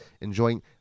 enjoying